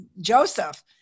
Joseph